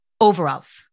Overalls